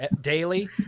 daily